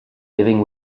living